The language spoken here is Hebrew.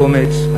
האומץ,